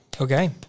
Okay